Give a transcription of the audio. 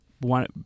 one